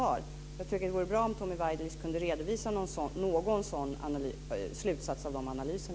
Jag tycker att det vore bra om Tommy Waidelich kunde redovisa någon slutsats av dessa analyser.